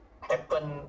happen